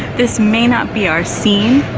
this may not be our scene,